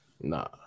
Nah